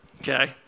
Okay